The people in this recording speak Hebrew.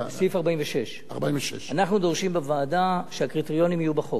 סעיף 46. 46. אנחנו דורשים בוועדה שהקריטריונים יהיו בחוק,